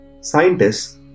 Scientists